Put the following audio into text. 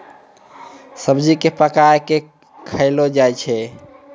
सब्जी क पकाय कॅ खयलो जाय छै